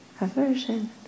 aversion